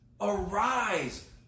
Arise